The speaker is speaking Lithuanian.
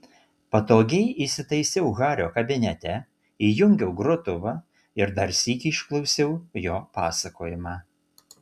patogiai įsitaisiau hario kabinete įjungiau grotuvą ir dar sykį išklausiau jo pasakojimą